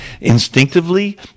instinctively